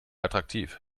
attraktiv